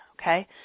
okay